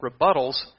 rebuttals